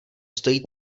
stojí